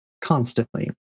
constantly